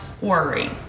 worry